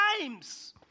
times